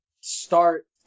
start